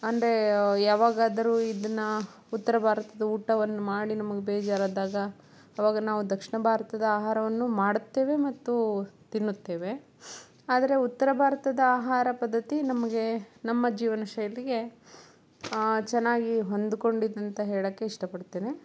ಅಂದರೆ ಯಾವಾಗಾದರು ಇದನ್ನು ಉತ್ತರ ಭಾರತದ ಊಟವನ್ನು ಮಾಡಿ ನಮಗೆ ಬೇಜರಾದಾಗ ಆವಾಗ ನಾವು ದಕ್ಷಿಣ ಭಾರತದ ಆಹಾರವನ್ನು ಮಾಡುತ್ತೇವೆ ಮತ್ತು ತಿನ್ನುತ್ತೇವೆ ಆದರೆ ಉತ್ತರ ಭಾರತದ ಆಹಾರ ಪದ್ದತಿ ನಮಗೆ ನಮ್ಮ ಜೀವನಶೈಲಿಗೆ ಚೆನ್ನಾಗಿ ಹೊಂದಿಕೊಂಡಿದ್ದಂತ ಹೇಳೋಕೆ ಇಷ್ಟಪಡ್ತೇನೆ